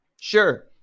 Sure